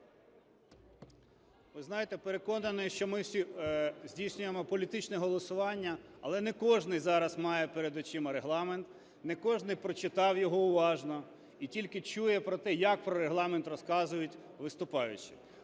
Ви знаєте, переконаний, що ми здійснюємо політичне голосування, але не кожний зараз має перед очима Регламент, не кожний прочитав його уважно, і тільки чує про те, як про Регламент розказують виступаючі.